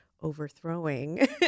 overthrowing